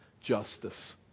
justice